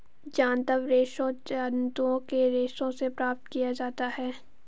जांतव रेशे जंतुओं के रेशों से प्राप्त किया जाता है